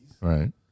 right